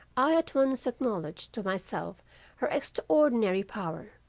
i at once acknowledged to myself her extraordinary power.